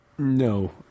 No